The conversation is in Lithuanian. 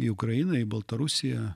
į ukrainą į baltarusiją